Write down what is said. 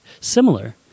similar